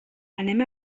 anem